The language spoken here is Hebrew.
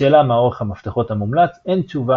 לשאלה מה אורך המפתחות המומלץ אין תשובה